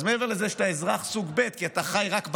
מעבר לזה שאתה אזרח סוג ב' כי אתה חי רק בהרחבה,